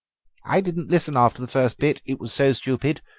i didn't listen after the first bit, it was so stupid,